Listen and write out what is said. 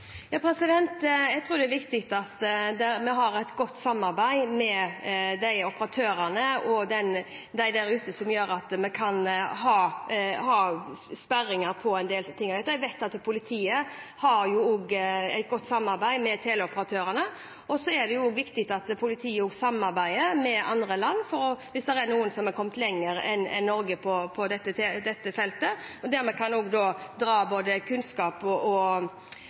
Jeg tror det er viktig at vi har et godt samarbeid med operatørene og de der ute, som gjør at vi kan ha sperrer på en del av disse tingene. Jeg vet at politiet har et godt samarbeid med teleoperatørene. Så er det også viktig at politiet samarbeider med andre land hvis det er noen som har kommet lenger enn Norge på dette feltet. Dermed kan vi trekke kunnskap fra andre land og se om vi skal innføre det samme. Nå er ikke jeg kjent med hvor langt justisministeren er kommet i samarbeidet, og